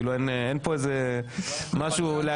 אין פה איזה משהו לעכב.